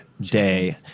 day